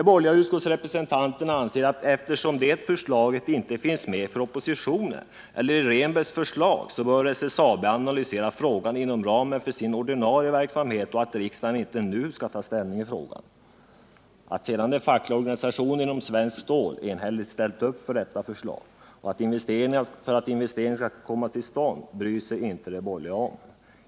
De borgerliga utskottsrepresentanterna anser att SSAB, eftersom det förslaget inte finns med i propositionen eller i Rehnbergs förslag, bör analysera frågan inom ramen för sin ordinarie verksamhet och att riksdagen inte nu skall ta ställning i den. Att sedan de fackliga organisationerna inom Svenskt Stål enhälligt ställt upp bakom detta förslag och anser att investeringar skall komma till stånd, bryr sig inte de borgerliga om.